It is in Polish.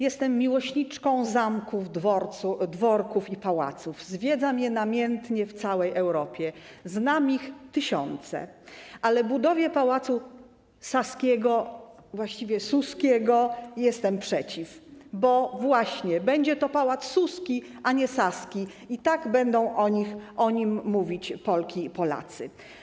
Jestem miłośniczką zamków, dworków i pałaców, zwiedzam je namiętnie w całej Europie, znam ich tysiące, ale budowie Pałacu Saskiego, właściwie Suskiego, jestem przeciw, bo będzie to właśnie pałac Suski, a nie Saski i tak będą o nim mówić Polki i Polacy.